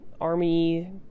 army